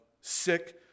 sick